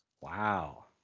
Wow